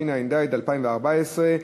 התשע"ד 2014,